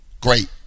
Great